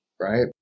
right